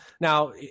Now